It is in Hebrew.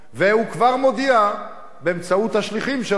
והוא כבר מודיע, באמצעות השליחים שלו,